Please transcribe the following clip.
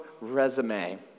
resume